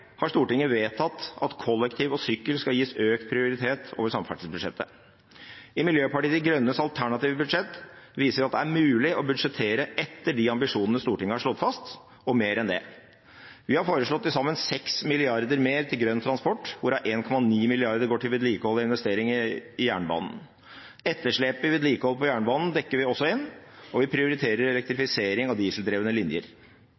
har Stortinget vedtatt at kollektiv og sykkel skal gis økt prioritet over samferdselsbudsjettet. I Miljøpartiet De Grønnes alternative budsjett viser vi at det er mulig å budsjettere etter de ambisjonene Stortinget har slått fast, og mer enn det. Vi har foreslått til sammen 6 mrd. kr mer til grønn transport, hvorav 1,9 mrd. kr går til vedlikehold og investeringer i jernbanen. Etterslepet i vedlikeholdet på jernbanen dekker vi også inn, og vi prioriterer elektrifisering av dieseldrevne linjer.